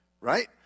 Right